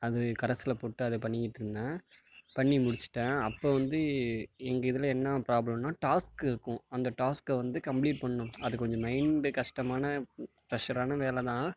அதை கரஸ்சில் போட்டு அதை பண்ணிக்கிட்டு இருந்தேன் பண்ணி முடிச்சுட்டேன் அப்போ வந்து எங்கள் இதில் என்ன ப்ராப்ளம்னால் டாஸ்க்கு இருக்கும் அந்த டாஸ்கை வந்து கம்ப்ளீட் பண்ணணும் அது கொஞ்சம் மைண்டு கஷ்டமான ப்ரஷரான வேலைதான்